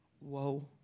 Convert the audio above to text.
Whoa